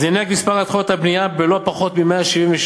זינק מספר התחלות הבנייה בלא פחות מ-176%.